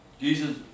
Jesus